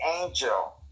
angel